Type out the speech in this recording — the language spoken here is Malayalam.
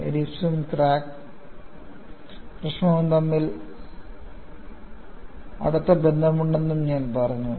എലിപ്സും ക്രാക്ക് പ്രശ്നവും തമ്മിൽ അടുത്ത ബന്ധമുണ്ടെന്നും ഞാൻ പറഞ്ഞു